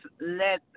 let